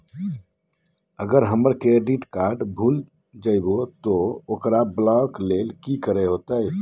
अगर हमर credit card भूल जइबे तो ओकरा ब्लॉक लें कि करे होते?